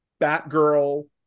Batgirl